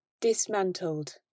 dismantled